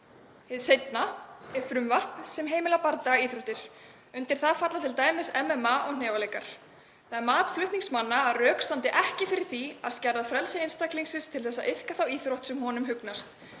Hið seinna er frumvarp sem heimilar bardagaíþróttir, en undir þær falla t.d. MMA og hnefaleikar. Það er mat flutningsmanna að rök standi ekki fyrir því að skerða frelsi einstaklingsins til að iðka þá íþrótt sem honum hugnast.